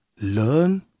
Learn